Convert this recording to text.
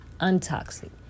untoxic